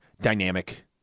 dynamic